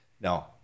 No